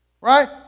Right